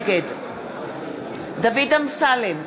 נגד דוד אמסלם,